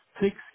Six